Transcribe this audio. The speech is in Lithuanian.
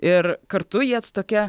ir kartu jie su tokia